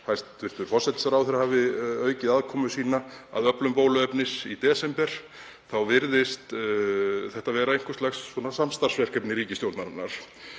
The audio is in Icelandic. hæstv. forsætisráðherra hafi aukið aðkomu sína að öflun bóluefnis í desember, virðist þetta vera einhvers lags samstarfsverkefni ríkisstjórnarinnar.